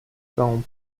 cão